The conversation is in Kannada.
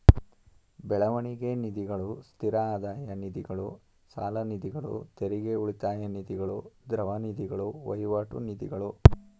ಬೆಳವಣಿಗೆ ನಿಧಿಗಳು, ಸ್ಥಿರ ಆದಾಯ ನಿಧಿಗಳು, ಸಾಲನಿಧಿಗಳು, ತೆರಿಗೆ ಉಳಿತಾಯ ನಿಧಿಗಳು, ದ್ರವ ನಿಧಿಗಳು, ವಹಿವಾಟು ನಿಧಿಗಳು